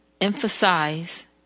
emphasize